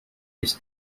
its